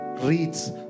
Reads